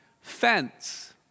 fence